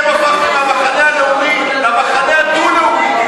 אתם הפכתם מהמחנה הלאומי למחנה הדו-לאומי.